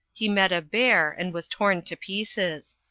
he met a bear and was torn to pieces.